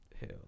Hell